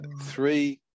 Three